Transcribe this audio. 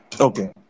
Okay